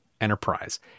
enterprise